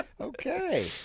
Okay